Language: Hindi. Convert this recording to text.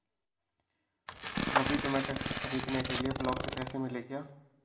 रवि तुम्हें ट्रैक्टर खरीदने के लिए ब्लॉक से पैसे मिले क्या?